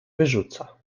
wyrzuca